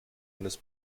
eines